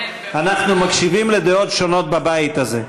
אנחנו מקשיבים לדעות שונות בבית הזה,